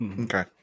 Okay